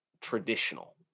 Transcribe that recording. traditional